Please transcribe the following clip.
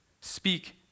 speak